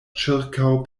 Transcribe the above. ĉirkaŭ